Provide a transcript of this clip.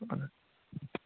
ادٕ حظ